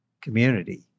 community